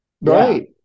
Right